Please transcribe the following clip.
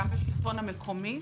גם בשלטון המקומי